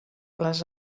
les